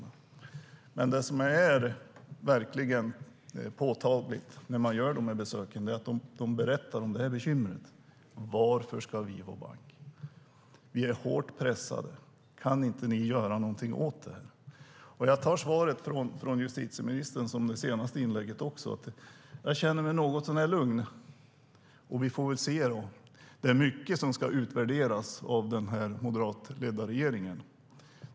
När man besöker småföretag är det verkligen påtagligt att de berättar om det här bekymret. De säger: Varför ska vi vara bank? Vi är hårt pressade. Kan inte ni göra någonting åt det? Efter justitieministerns svar och hennes senaste inlägg känner jag mig något så när lugn. Vi får väl se. Det är mycket som ska utvärderas av den moderatledda regeringen.